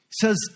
says